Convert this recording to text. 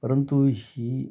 परंतु ही